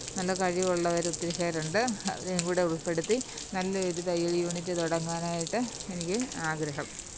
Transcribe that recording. നല്ല കഴിവുള്ളവരൊത്തിരി പേരുണ്ട് അവരെയും കൂടെ ഉള്പ്പെടുത്തി നല്ല ഒരു തയ്യല് യൂണിറ്റ് തുടങ്ങാനായിട്ട് എനിക്ക് ആഗ്രഹം